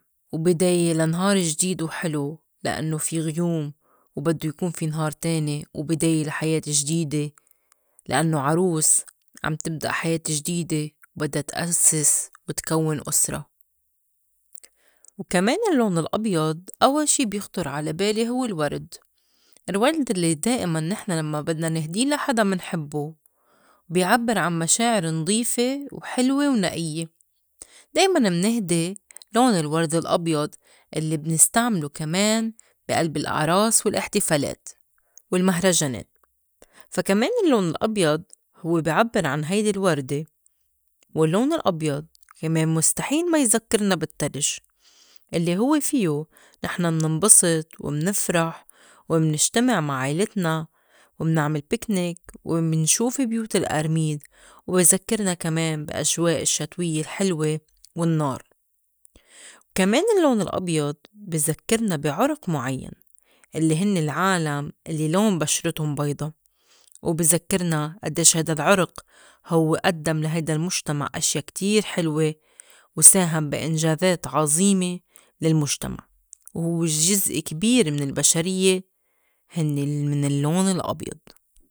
وبداية لنهار جديد وحِلو لإنّو في غيوم وبدّو يكون في نهار تاني وبداية لحياة جديدة لإنّو عروس عم تبدأ حياة جديدة وبدّا تأسّس وتكوّن أُسرة، وكمان اللّون الأبيض أوّل شي بيخطُر على بالي هوّ الورد الورد اللّي دِائماً نحن لمّا بدنا نِهدي لحدا منحبّه بي عبّر عن مشاعر نضيفه وحلوة ونئيّة دايماً منهدي لون الورد الأبيض الّي منِسْتعملو كمان بي ألب الأعراس والاحتفالات والمهرجانات فا كمان اللّون الأبيض هوّ بي عبّر عن هيدي الوردة، واللّون الأبيض المستحيل ما يزكّرنا بالتّلِج الّي هوّ فيو نحن مننبسط ومنفرح ومنجتمع مع عيلتنا ومنعمل picnic ومنشوف بيوت القرميد وبي زكّرنا كمان بي أجواء الشتويّة الحلوة والنّار، وكمان اللّون الأبيض بي زكّرنا بي عُرُق مُعيّن اللّي هنّي العالم الّي لون بشرِتُن بيضا، وبي زكِّرنا أدّيش هيدا العرق هوّ أدّم لهيدا المُجتمع أشيا كتير حلوة وساهم بي إنجازات عظيمة لِلمُجتمع وهو جزء كبير من البشريّة هنّي الّي من اللّون الأبيض.